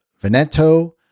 Veneto